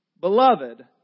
beloved